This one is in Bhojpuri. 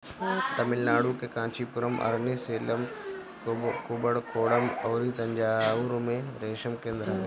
तमिलनाडु के कांचीपुरम, अरनी, सेलम, कुबकोणम अउरी तंजाउर में रेशम केंद्र हवे